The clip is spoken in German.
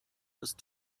ist